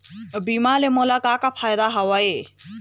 बीमा से मोला का का फायदा हवए?